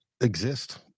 exist